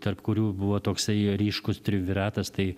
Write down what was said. tarp kurių buvo toksai ryškus triumviratas tai